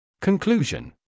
Conclusion